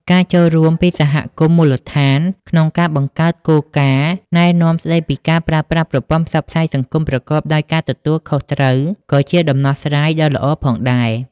ការចូលរួមពីសហគមន៍មូលដ្ឋានក្នុងការបង្កើតគោលការណ៍ណែនាំស្តីពីការប្រើប្រាស់ប្រព័ន្ធផ្សព្វផ្សាយសង្គមប្រកបដោយការទទួលខុសត្រូវក៏ជាដំណោះស្រាយដ៏ល្អផងដែរ។